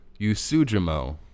Yusujimo